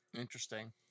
Interesting